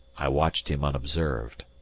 i watched him unobserved.